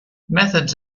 methods